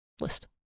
list